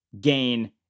gain